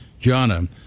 Gianna